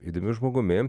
įdomiu žmogumi